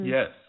Yes